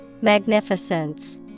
magnificence